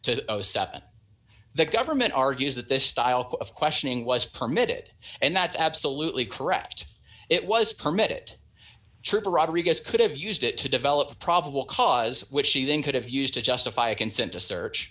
dollars the government argues that this style of questioning was permitted and that's absolutely correct it was permit it triple rodriguez could have used it to develop probable cause which he then could have used to justify consent to search